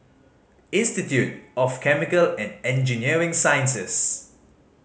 Institute of Chemical and Engineering Sciences